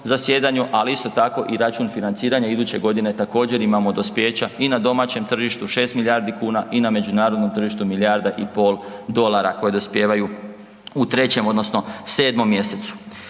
ali isto tak i račun financiranja iduće godine također imamo dospijeća i na domaćem tržištu 6 milijardi kuna i na međunarodnom tržištu milijarda i pol dolara koje dospijevaju u 3. odnosno 7. mjesecu.